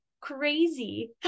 crazy